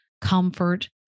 comfort